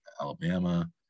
Alabama